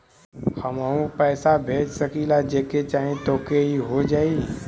हमहू पैसा भेज सकीला जेके चाही तोके ई हो जाई?